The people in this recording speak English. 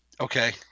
Okay